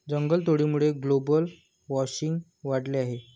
जंगलतोडीमुळे global warming वाढले आहे